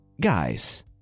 guys